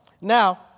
Now